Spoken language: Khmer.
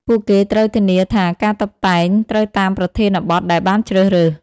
ពួកគេត្រូវធានាថាការតុបតែងត្រូវតាមប្រធានបទដែលបានជ្រើសរើស។